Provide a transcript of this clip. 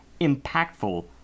impactful